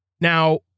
Now